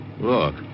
Look